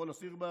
לכל אסיר,